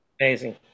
Amazing